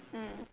mm